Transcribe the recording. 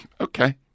Okay